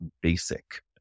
basic